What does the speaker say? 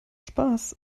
spaß